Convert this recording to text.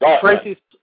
Tracy